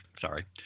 Sorry